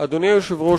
אז בשביל מה צריך שימוע?